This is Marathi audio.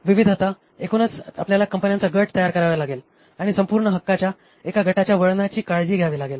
विविधता एकूणच आपल्याला कंपन्यांचा गट तयार करावा लागेल आणि संपूर्ण हक्काच्या एका गटाच्या वळणाची काळजी घ्यावी लागेल